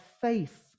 faith